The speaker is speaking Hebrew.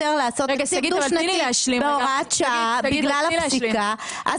לעשות תקציב דו שנתי בהוראת שעה בגלל הפסיקה,